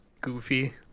goofy